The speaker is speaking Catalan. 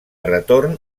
retorn